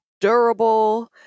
durable